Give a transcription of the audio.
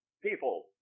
People